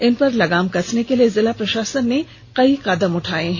इनपर लगाम कसने के लिए जिला प्रशासन ने कई कदम उठाए हैं